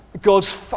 God's